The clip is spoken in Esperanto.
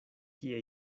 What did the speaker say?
kie